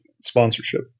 sponsorship